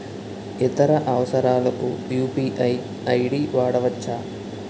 ఇతర అవసరాలకు UPI ID వాడవచ్చా?